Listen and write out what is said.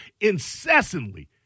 incessantly